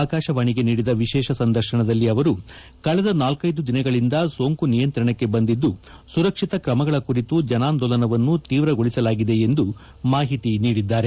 ಅಕಾಶವಾಣಿಗೆ ನೀಡಿದ ವಿಶೇಷ ಸಂದರ್ಶನದಲ್ಲಿ ಅವರು ಕಳೆದ ನಾಲ್ಕೈದು ದಿನಗಳಿಂದ ಸೋಂಕು ನಿಯಂತ್ರಣಕ್ಕೆ ಬಂದಿದ್ದು ಸುರಕ್ಷಿತ ಕ್ರಮಗಳ ಕುರಿತು ಜನಾಂದೋಲನವನ್ನು ತೀವ್ರಗೊಳಿಸಲಾಗಿದೆ ಎಂದು ಅವರು ಮಾಹಿತಿ ನೀಡಿದ್ದಾರೆ